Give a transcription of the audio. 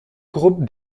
groupe